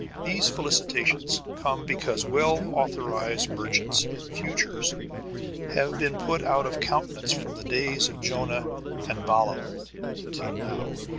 these felicitations come because well-authorized merchants in futures have been put out of countenance from the days of jonah and balaam till now.